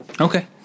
Okay